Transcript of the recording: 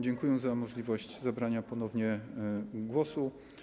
Dziękuję za możliwość zabrania ponownie głosu.